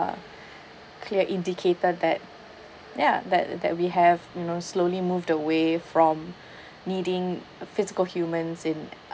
uh clear indicator that now ya that that we have you know slowly moved away from needing a physical humans in uh